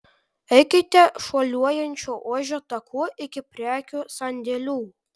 eikite šuoliuojančio ožio taku iki prekių sandėlių